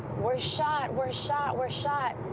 we're shot! we're shot! we're shot!